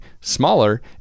smaller